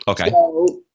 Okay